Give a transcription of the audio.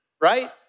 right